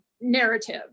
narrative